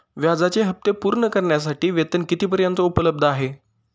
व्याजाचे हप्ते पूर्ण करण्यासाठी वेतन किती पर्यंत उपलब्ध आहे?